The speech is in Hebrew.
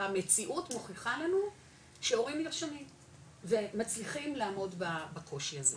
המציאות מוכיחה לנו שהורים נרשמים ומצליחים לעמוד בקושי הזה.